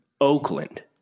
Oakland